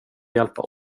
hjälpa